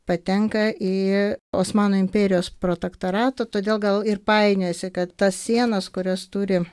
patenka į osmanų imperijos protektoratą todėl gal ir painiojasi kad tas sienas kurias turi